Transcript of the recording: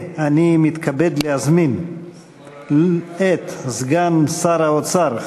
אני מתכבד להזמין את סגן שר האוצר,